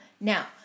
Now